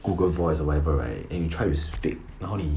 Google voice or whatever right and you try to speak 然后你